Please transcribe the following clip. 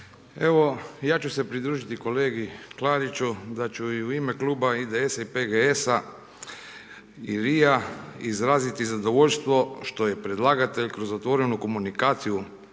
evo ja ću se pridružiti kolegi Klariću da ću i u ime Kluba IDS- i PGS-a i RI-a izraziti zadovoljstvo što je predlagatelj kroz otvorenu komunikaciju,